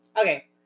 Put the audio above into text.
Okay